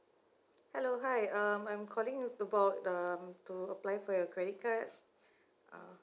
hello hi um I'm calling about um to apply for your credit card uh